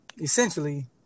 essentially